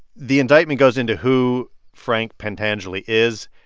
the indictment goes into who frank pentangeli is.